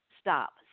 Stop